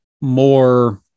more